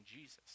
Jesus